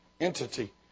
entity